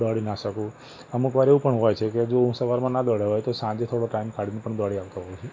દોડી ના શકું અમુકવાર એવું પણ હોય છે કે જો હું સવારમાં ના દોડ્યો હોય તો હું સાંજે થોડો ટાઈમ કાઢીને પણ દોડી આવતો હોઉં છું